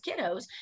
kiddos